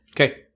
Okay